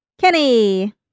Kenny